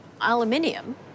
Aluminium